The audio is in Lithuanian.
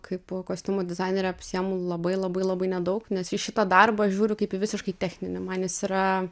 kaip kostiumų dizainerė apsiėmu labai labai labai nedaug nes į šitą darbą žiūriu kaip į visiškai techninį man jis yra